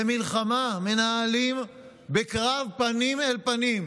ומלחמה מנהלים בקרב פנים-אל-פנים,